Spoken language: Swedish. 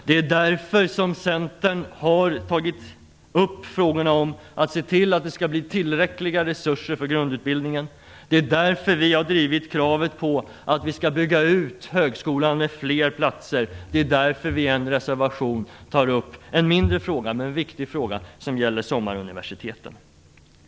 Det är därför som Centern har tagit upp frågan om att se till att det blir tillräckliga resurser för grundutbildningen. Det är därför som Centern har drivit kravet på att vi skall bygga ut högskolan med fler platser. Det är därför som Centern tar upp en mindre men viktig fråga som gäller sommaruniversiteten.